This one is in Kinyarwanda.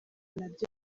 nabyo